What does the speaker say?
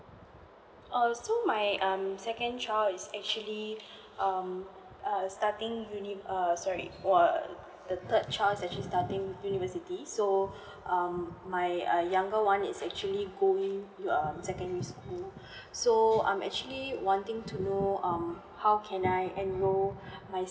um so my um second child is actually um err starting uni~ err sorry err the third child actually starting university so um my err younger one is actually going um secondary school so I'm actually wanting to know um how can I enroll my